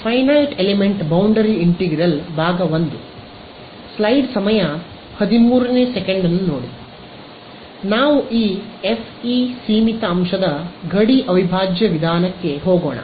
ಆದ್ದರಿಂದ ನಾವು ಈ ಎಫ್ಇ ಸೀಮಿತ ಅಂಶದ ಗಡಿ ಅವಿಭಾಜ್ಯ ವಿಧಾನಕ್ಕೆ ಹೋಗೋಣ